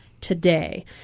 today